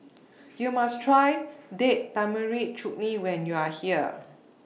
YOU must Try Date Tamarind Chutney when YOU Are here